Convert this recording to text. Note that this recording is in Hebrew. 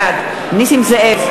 בעד נסים זאב,